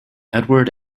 edward